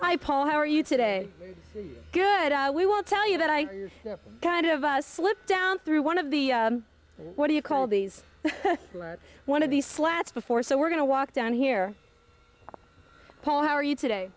hi paul how are you today good we want to tell you that i kind of us slipped down through one of the what do you call these one of these flats before so we're going to walk down here paula how are you today